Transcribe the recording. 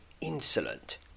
insolent